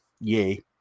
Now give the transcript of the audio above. yay